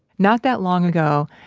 not that long ago,